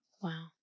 Wow